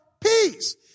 peace